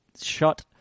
shot